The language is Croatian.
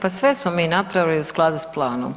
Pa sve smo mi napravili u skladu sa planom.